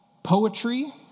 Poetry